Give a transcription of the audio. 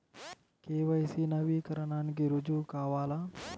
KYC నవీకరణకి రుజువు కావాలా?